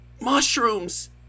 Mushrooms